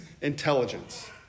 intelligence